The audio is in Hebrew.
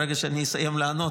ברגע שאסיים לענות,